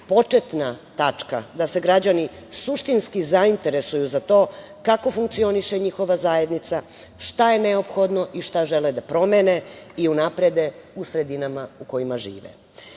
početna tačka da se građani suštinski zainteresuju za to kako funkcioniše njihova zajednica, šta je neophodno i šta žele da promene i unaprede u sredinama u kojima